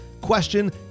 Question